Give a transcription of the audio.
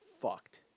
fucked